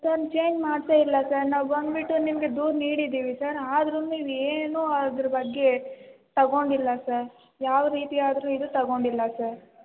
sir change ಮಾಡ್ತಾ ಇಲ್ಲ sir ನಾವು ಬಂದುಬಿಟ್ಟು ನಿಮಗೆ ದೂರು ನೀಡಿದ್ದೀವಿ ಸರ್ ಆದರೂ ನೀವು ಏನೂ ಅದರ ಬಗ್ಗೆ ತಗೊಂಡಿಲ್ಲ ಸರ್ ಯಾವ ರೀತಿಯಾದರೂ ಇದು ತಗೊಂಡಿಲ್ಲ ಸರ್